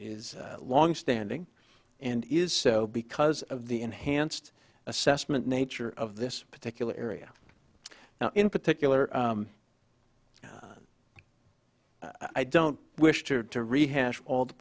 long standing and is so because of the enhanced assessment nature of this particular area now in particular i don't wish to rehash all the